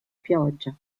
pioggia